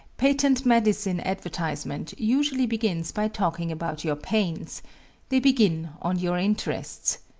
patent medicine advertisement usually begins by talking about your pains they begin on your interests.